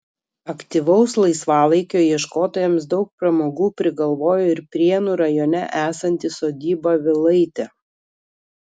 aktyvaus laisvalaikio ieškotojams daug pramogų prigalvojo ir prienų rajone esanti sodyba vilaitė